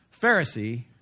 Pharisee